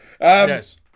yes